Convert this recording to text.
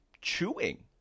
chewing